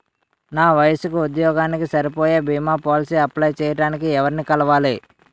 నా వయసుకి, ఉద్యోగానికి సరిపోయే భీమా పోలసీ అప్లయ్ చేయటానికి ఎవరిని కలవాలి?